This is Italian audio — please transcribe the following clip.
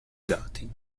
dati